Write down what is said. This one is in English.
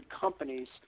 companies